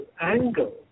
angle